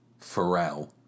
Pharrell